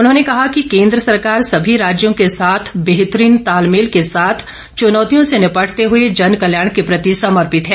उन्होंने कहा कि केन्द्र सरकार समी राज्यों के साथ बेहतरीन तालमेल के साथ चुनौतियों से निपटते हए जन कल्याण के प्रति समर्पित है